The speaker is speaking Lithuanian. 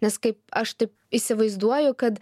nes kaip aš taip įsivaizduoju kad